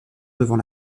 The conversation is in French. devant